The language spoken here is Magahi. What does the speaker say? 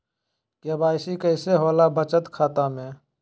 के.वाई.सी कैसे होला बचत खाता में?